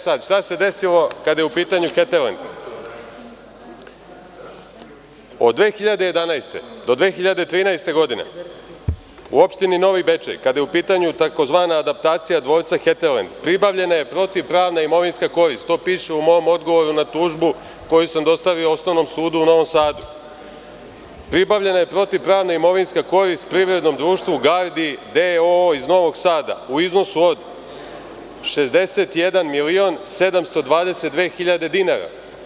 Sada, šta se desilo kada je u pitanju „Heterlend“, od 2011. godine do 2013. godine u opštini Novi Bečej, kada je u pitanju tzv. adaptacija dvorca „Heterlend“, pribavljena je protivpravna imovinska korist, to piše u mom odgovoru na tužbu koju sam dostavio Osnovnom sudu u Novom Sadu – pribavljena je protivpravna imovinska korist Privrednom društvu „Gardi“ DOO iz Novog Sada u iznosu od 61.722.000 dinara.